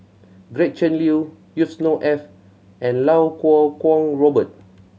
Gretchen Liu Yusnor Ef and Iau Kuo Kwong Robert